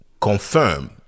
confirm